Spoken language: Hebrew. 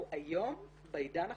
היום, בעידן החדש,